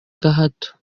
gahato